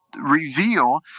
reveal